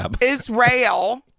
Israel